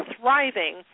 thriving